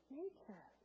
nature